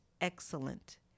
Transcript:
excellent